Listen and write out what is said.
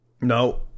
no